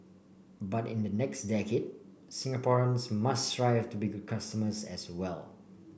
but in the next decade Singaporeans must strive to be good customers as well